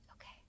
Okay